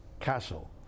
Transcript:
Castle